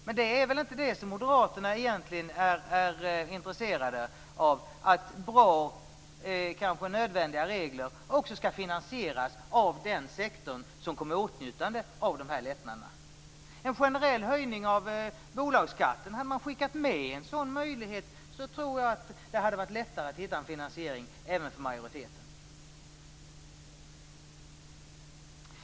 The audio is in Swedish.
Men det är väl inte det som Moderaterna är intresserade av, dvs. att bra och nödvändiga regler skall finansieras av den sektor som kommer i åtnjutande av lättnaderna. En möjlighet till generell höjning av bolagsskatten skulle göra det lättare att finna en finansiering även för majoriteten.